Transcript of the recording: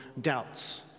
doubts